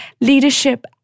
leadership